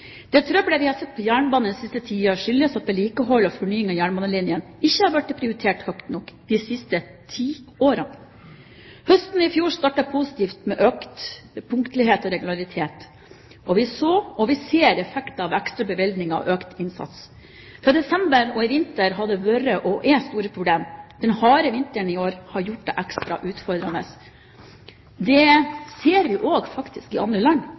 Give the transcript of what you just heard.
Det trøblet vi har sett på jernbanen den siste tiden, skyldes at vedlikehold og fornying av jernbanelinjene ikke har blitt prioritert høyt nok de siste tiårene. Høsten i fjor startet positivt med økt punktlighet og regularitet, og vi så og ser effekter av ekstra bevilgninger og økt innsats. Fra desember og i vinter har det vært og er store problem. Den harde vinteren i år har gjort det ekstra utfordrende. Det ser vi også i andre land,